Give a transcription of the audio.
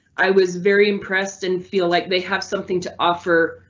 i was very impressed and feel like they have something to offer.